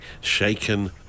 shaken